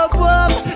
love